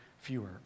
fewer